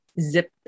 zip